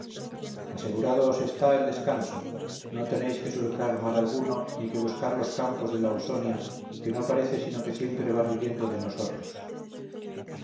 os está el descanso no tenéis que surcar mar alguno ni que buscar los campos de la ausonia que no parece sino que siempre van huyendo de nosotros